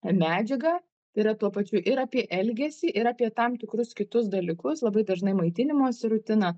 medžiagą yra tuo pačiu ir apie elgesį ir apie tam tikrus kitus dalykus labai dažnai maitinimosi rutiną